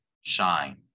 shine